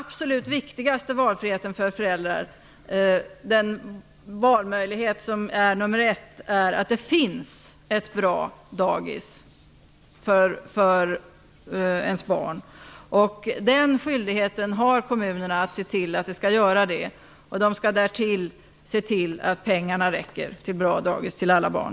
Den absolut viktigaste valfriheten för föräldrar, valmöjlighet nummer ett, är att det finns ett bra dagis för ens barn. Kommunerna har skyldigheten att se till att det finns. De skall därtill se till att pengarna räcker till bra dagis till alla barn.